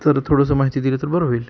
तर थोडंसं माहिती दिलं तर बरं होईल